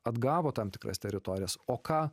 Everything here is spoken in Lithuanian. atgavo tam tikras teritorijas o ką